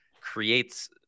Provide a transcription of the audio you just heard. creates